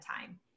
time